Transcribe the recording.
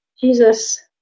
Jesus